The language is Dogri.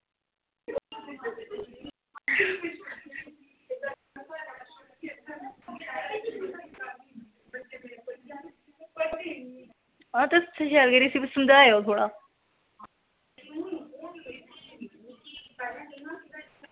ते तुस शैल करियै इसी समझायो थोह्ड़ा